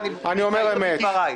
אני אומר אמת.